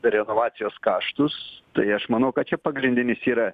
renovacijos kaštus tai aš manau kad čia pagrindinis yra